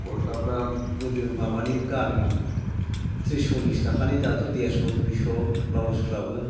गस्लाफ्रा गोदो माबानि गानोमोन थ्रिस सल्लिस थाखानि दाथ' देरस' दुइस' ब्लाउसफ्राबो